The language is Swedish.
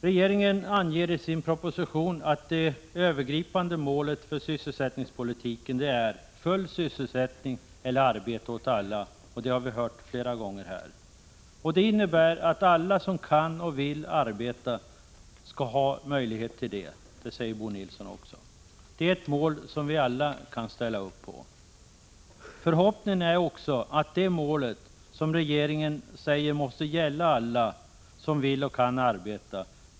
Regeringen anger i propositionen att det övergripande målet för sysselsättningspolitiken är full sysselsättning eller ”arbete åt alla” ; det har vi hört flera gånger här. Det innebär att alla som kan och vill arbeta skall ha möjlighet till det. Det säger Bo Nilsson också. Det är ett mål som vi alla kan ställa upp på. 131 Vår förhoppning är att det mål som regeringen uttalat måste gälla alla som vill och kan arbeta.